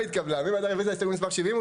בעד רביזיה להסתייגות מספר 80?